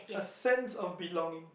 a sense of belonging